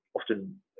often